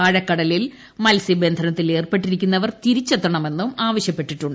ആഴക്കടലിൽ മത്സ്യബന്ധനത്തിലേർപ്പെട്ടിരിക്കുന്നവർ തിരിച്ചെത്തണമെന്നും ആവശ്യപ്പെട്ടിട്ടുണ്ട്